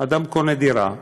אדם קונה דירה,